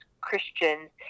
Christians